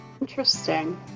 Interesting